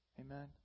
Amen